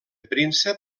príncep